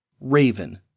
Raven